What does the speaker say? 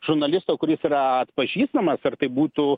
žurnalisto kuris yra atpažįstamas ar tai būtų